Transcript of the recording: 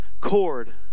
cord